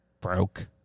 broke